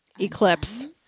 eclipse